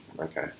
okay